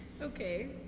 Okay